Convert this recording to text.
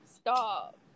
Stop